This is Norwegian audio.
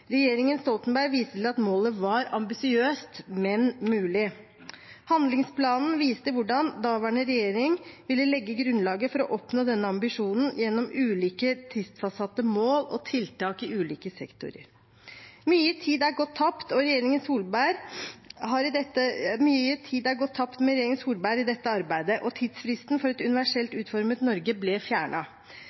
Regjeringen Stoltenberg viste til at målet var ambisiøst, men mulig. Handlingsplanen viste hvordan daværende regjering ville legge grunnlaget for å oppnå denne ambisjonen gjennom ulike tidsfastsatte mål og tiltak i ulike sektorer. Mye tid har gått tapt med regjeringen Solberg i dette arbeidet, og tidsfristen for et universelt utformet Norge ble